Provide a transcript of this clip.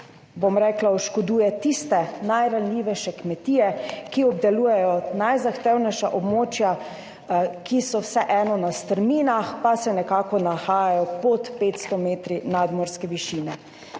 najbolj oškoduje tiste najranljivejše kmetije, ki obdelujejo najzahtevnejša območja, ki so vseeno na strminah, pa se nahajajo pod 500 metri nadmorske višine.